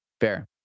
Fair